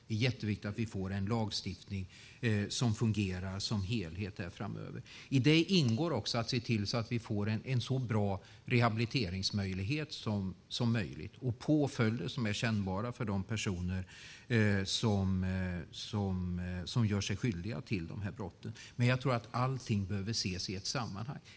Det är väldigt viktigt att vi får en lagstiftning som fungerar som helhet framöver. I detta ingår också att se till att vi får en så bra rehabiliteringsmöjlighet som möjligt och påföljder som är kännbara för de personer som gör sig skyldiga till dessa brott, men jag tror att allting behöver ses i ett sammanhang.